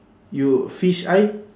you fish eye